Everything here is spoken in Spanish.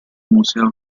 museo